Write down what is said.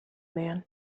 man